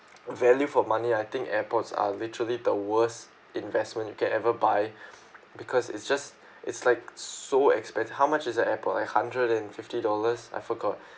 value for money I think airpods are literally the worst investment you can ever buy because it's just it's like so expensive how much is an airpod like hundred and fifty dollars I forgot